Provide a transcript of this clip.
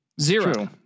Zero